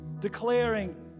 declaring